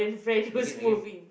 again again